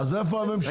ספר לנו.